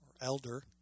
elder